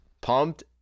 pumped